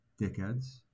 dickheads